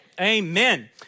Amen